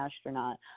astronaut